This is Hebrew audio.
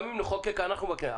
גם אם נחוקק אנחנו בכנסת.